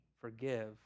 forgive